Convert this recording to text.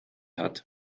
hat